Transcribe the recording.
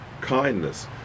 kindness